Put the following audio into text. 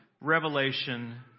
revelation